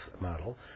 model